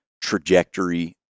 trajectory